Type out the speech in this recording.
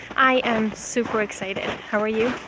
i am super excited. how are you?